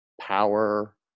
power